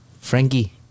Frankie